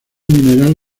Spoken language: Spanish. mineral